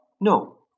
No